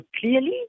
clearly